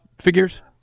figures